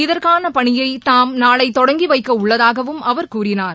இதற்காகபணியைதாம் நாளைதொடங்கிவைக்கஉள்ளதாகவும் அவர் கூறினார்